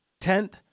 Tenth